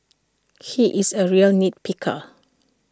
he is A real nit picker